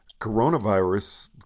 coronavirus